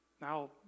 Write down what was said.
Now